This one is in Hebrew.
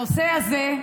הנושא הזה,